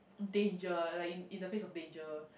danger like in in the midst of danger